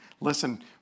listen